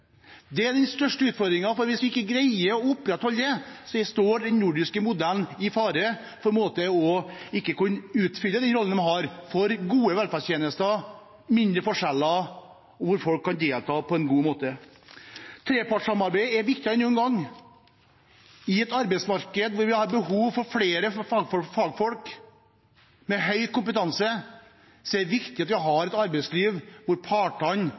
Det er den største utfordringen, for hvis vi ikke greier å opprettholde det, står den nordiske modellen i fare for ikke å kunne fylle den rollen den har når det gjelder gode velferdstjenester, mindre forskjeller og at folk kan delta på en god måte. Trepartssamarbeidet er viktigere enn noen gang. I et arbeidsmarked der vi har behov for flere fagfolk med høy kompetanse, er det viktig at vi har et arbeidsliv der partene